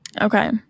Okay